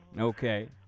Okay